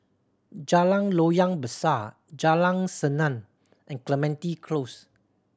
Jalan Loyang Besar Jalan Senang and Clementi Close